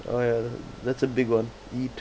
oh ya that's a big one eat